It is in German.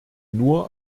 nur